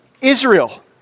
Israel